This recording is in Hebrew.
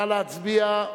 נא להצביע.